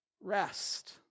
rest